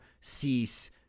Cease